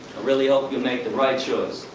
really hope you make the right choice.